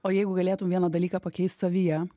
o jeigu galėtum vieną dalyką pakeist savyje